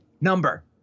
number